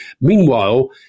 Meanwhile